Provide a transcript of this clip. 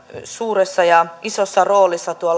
suuressa ja isossa roolissa